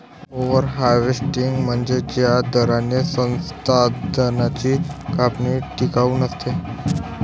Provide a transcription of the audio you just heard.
over harvesting म्हणजे ज्या दराने संसाधनांची कापणी टिकाऊ नसते